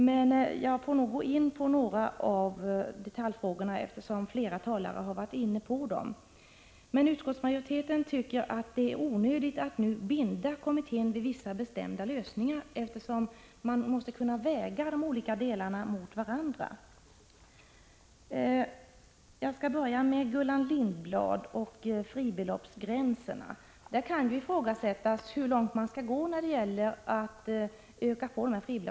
Men jag måste nog ändå gå in på några av detaljfrågorna, eftersom flera talare berört dem. Utskottsmajoriteten tycker att det är onödigt att nu binda kommittén vid vissa bestämda lösningar. Man måste ju kunna väga de olika delarna mot varandra. Först vänder jag mig till Gullan Lindblad som tog upp frågan om fribeloppsgränserna. Det kan ifrågasättas hur långt man skall gå när det gäller att höja dessa gränser.